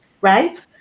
right